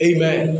Amen